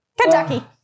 Kentucky